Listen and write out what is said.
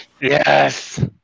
Yes